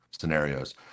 scenarios